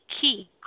key